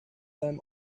them